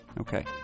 Okay